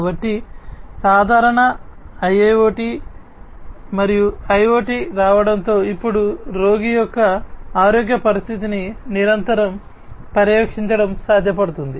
కాబట్టి సాధారణంగా IIoT మరియు IoT రావడంతో ఇప్పుడు రోగి యొక్క ఆరోగ్య పరిస్థితిని నిరంతరం పర్యవేక్షించడం సాధ్యపడుతుంది